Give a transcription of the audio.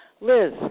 Liz